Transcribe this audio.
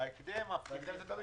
בהקדם זה תלוי